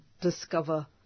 discover